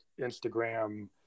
Instagram